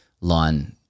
line